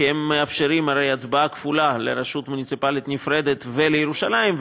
כי הם מאפשרים הרי הצבעה כפולה לרשות מוניציפלית נפרדת ולירושלים,